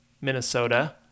Minnesota